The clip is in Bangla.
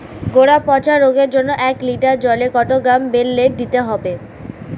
গোড়া পচা রোগের জন্য এক লিটার জলে কত গ্রাম বেল্লের দিতে হবে?